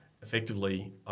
Effectively